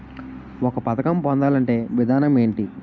ఒక పథకం పొందాలంటే విధానం ఏంటి?